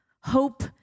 Hope